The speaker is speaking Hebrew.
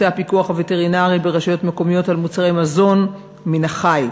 הפיקוח הווטרינרי ברשויות מקומיות על מוצרי מזון מן החי.